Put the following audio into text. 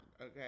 okay